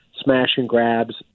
smash-and-grabs